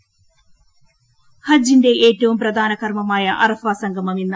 ഹജ്ജ് ഹജ്ജിന്റെ ഏറ്റവും പ്രധാന കർമ്മമായ അറഫ സംഗമം ഇന്ന്